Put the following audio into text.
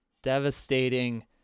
Devastating